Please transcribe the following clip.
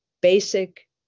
basic